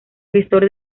gestor